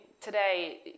today